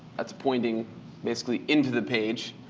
that's pointing basically into the page.